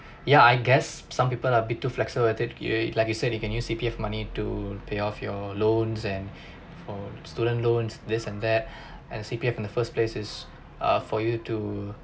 ya I guess some people are a bit too flexible at it you like you said you can use C_P_F money to pay off your loans and for student loans this and that and C_P_F in the first place is err for you to